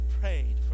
prayed